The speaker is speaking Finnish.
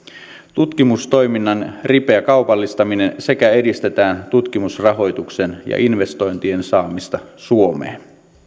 tutkimustoiminnan ripeä kaupallistaminen sekä edistetään tutkimusrahoituksen ja investointien saamista suomeen